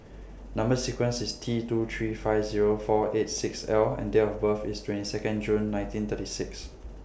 Number sequence IS T two three five Zero four eight six L and Date of birth IS twenty Second June nineteen thirty six